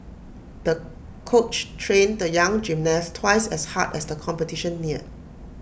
the coach trained the young gymnast twice as hard as the competition neared